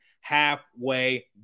halfway